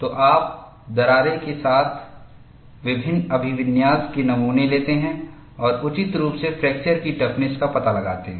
तो आप दरारें के साथ विभिन्न अभिविन्यास के नमूने लेते हैं और उचित रूप से फ्रैक्चर की टफनेस का पता लगाते हैं